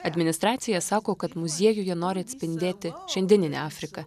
administracija sako kad muziejuje nori atspindėti šiandieninę afriką